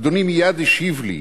אדוני מייד השיב לי: